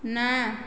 ନା